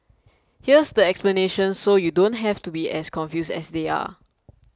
here's the explanation so you don't have to be as confused as they are